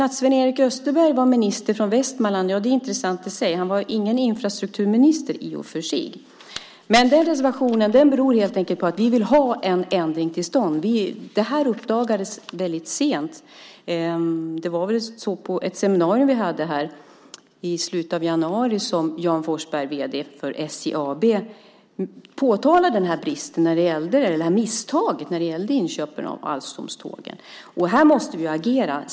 Att Sven-Erik Österberg var minister från Västmanland är intressant i sig, men han var inte infrastrukturminister. Reservationen beror helt enkelt på att vi vill ha en ändring till stånd. Det här uppdagades väldigt sent. Det var på ett seminarium vi hade i slutet av januari som Jan Forsberg, vd för SJ AB, påtalade det här misstaget när det gällde inköpen av Alstomtågen. Här måste vi agera.